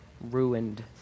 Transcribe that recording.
ruined